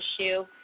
issue